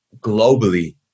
globally